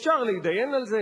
אפשר להתדיין על זה,